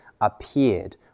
appeared